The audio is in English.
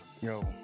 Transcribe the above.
Yo